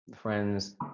friends